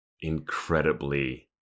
incredibly